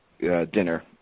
dinner